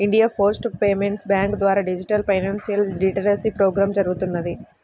India post payments bank ద్వారా digital financial literacy programme జరుగుతున్నది